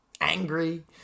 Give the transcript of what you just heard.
angry